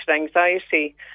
anxiety